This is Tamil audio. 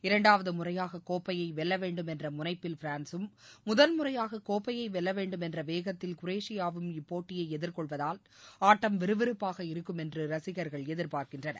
இரண்டாவது முறையாக கோப்பையை வெல்ல வேண்டும் என்ற முனைப்பில் பிரான்சும் முதல்முறையாக கோப்பையை வெல்ல வேண்டும் என்ற வேகத்தில் குரேஷியாவும் இப்போட்டியை எதிர்கொள்வதால் ஆட்டம் விறுவிறுப்பாக இருக்கும் என்று ரசிகர்கள் எதிர்பார்க்கின்றனர்